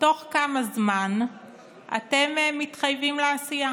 בתוך כמה זמן אתם מתחייבים לעשייה.